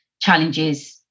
challenges